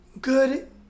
good